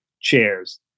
chairs